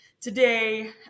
Today